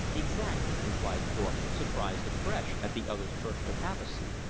exactly, replied thorpe, surprised afresh at the other's perspicacity.